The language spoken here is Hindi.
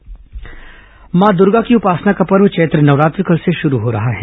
चैत्र नवरात्र मां दुर्गा की उपासना का पर्व चैत्र नवरात्र कल से शुरू हो रहा है